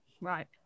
right